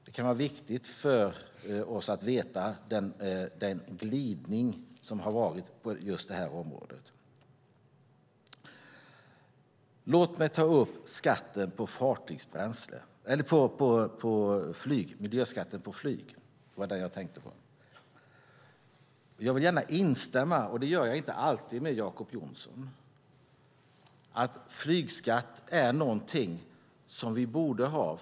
Det kan vara viktigt för oss att veta den glidning som har varit på just detta område. Låt mig ta upp miljöskatten på flyg. Jag vill gärna instämma i det Jacob Johnson sade - och det gör jag inte alltid - om att flygskatt är någonting vi borde ha.